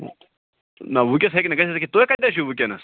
نہَ ؤنکٮ۪س ہیٚکہِ نہٕ گٔژھِتھ کیٚنٛہہ تُہۍ کَتٮ۪تھ چھُو ؤنکٮ۪نَس